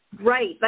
Right